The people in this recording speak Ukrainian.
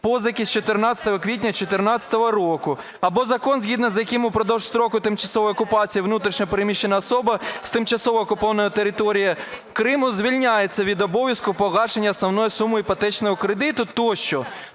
позики з 14 квітня 14-го року. Або закон, згідно з яким впродовж строку тимчасової окупації внутрішньо переміщена особа з тимчасово окупованої території Криму звільняється від обов'язку погашення основної суми іпотечного кредиту тощо.